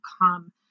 come